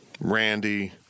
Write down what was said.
Randy